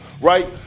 right